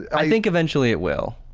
i think eventually it will,